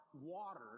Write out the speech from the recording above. water